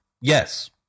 Yes